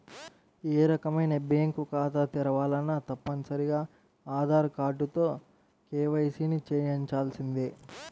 ఏ రకమైన బ్యేంకు ఖాతా తెరవాలన్నా తప్పనిసరిగా ఆధార్ కార్డుతో కేవైసీని చెయ్యించాల్సిందే